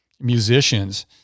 musicians